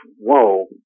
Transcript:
whoa